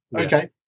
Okay